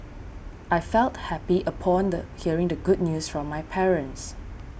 I felt happy upon the hearing the good news from my parents